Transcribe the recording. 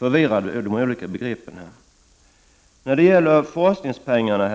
de olika begreppen kanske är litet förvirrande.